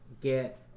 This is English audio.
get